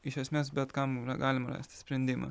iš esmės bet kam yra galima rasti sprendimą